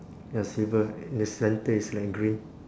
ya silver in the center it's like green